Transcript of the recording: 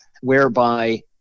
whereby